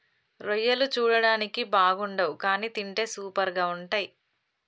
రొయ్యలు చూడడానికి బాగుండవ్ కానీ తింటే సూపర్గా ఉంటయ్